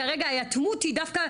כרגע ההיאטמות היא דווקא,